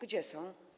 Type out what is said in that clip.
Gdzie są?